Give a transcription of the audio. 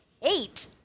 hate